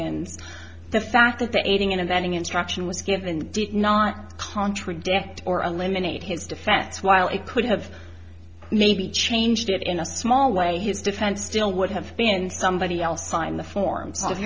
s the fact that the aiding and abetting instruction was given did not contradict or eliminate his defense while it could have maybe changed it in a small way his defense still would have been somebody else sign the forms of